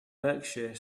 berkshire